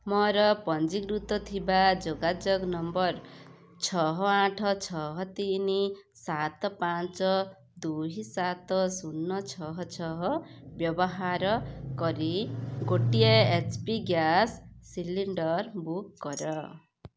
ମୋର ପଞ୍ଜୀକୃତ ଥିବା ଯୋଗାଯୋଗ ନମ୍ବର୍ ଛଅ ଆଠ ଛଅ ତିନି ସାତ ପାଞ୍ଚ ଦୁଇ ସାତ ଶୂନ ଛଅ ଛଅ ବ୍ୟବାହାର କରି ଗୋଟିଏ H P gas cylinder book କର